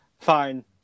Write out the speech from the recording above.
fine